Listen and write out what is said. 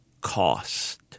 cost